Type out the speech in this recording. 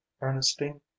ernestine